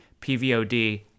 PVOD